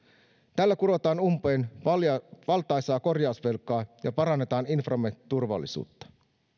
tällä kurotaan umpeen valtaisaa korjausvelkaa ja parannetaan inframme turvallisuutta